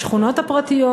השכונות הפרטיות,